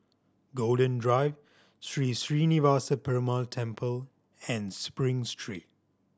Golden Drive Sri Srinivasa Perumal Temple and Spring Street